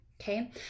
Okay